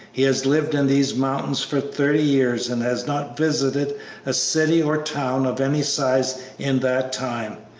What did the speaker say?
he has lived in these mountains for thirty years and has not visited a city or town of any size in that time.